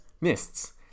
mists